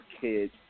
kids